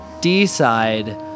D-side